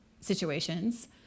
situations